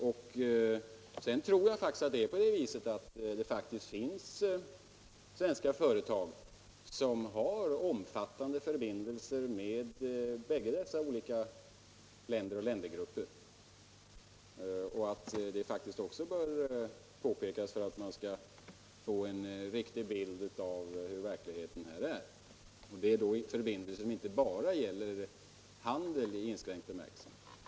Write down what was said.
Nr 22 Sedan tror jag att det faktiskt finns svenska företag som har omfattande Tisdagen den påpekas för att man skall få en riktig bild av verkligheten. Det är då fråga om förbindelser som inte bara gäller handeln i inskränkt bemärketse. — Återkallelse av